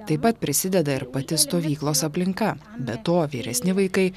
taip pat prisideda ir pati stovyklos aplinka be to vyresni vaikai